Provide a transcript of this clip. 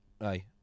aye